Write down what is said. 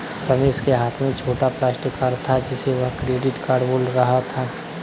रमेश के हाथ में छोटा प्लास्टिक कार्ड था जिसे वह क्रेडिट कार्ड बोल रहा था